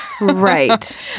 Right